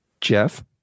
jeff